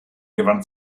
gewann